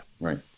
right